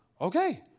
Okay